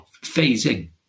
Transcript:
Phasing